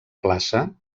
plaça